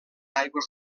aigües